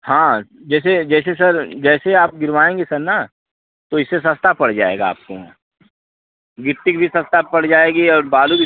हाँ जैसे जैसे सर जैसे आप गिरवाएँगे सर ना तो इससे सस्ता पड़ जाएगा आपको गिट्टी भी सस्ता पड़ जाएगी और बालू भी